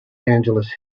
angeles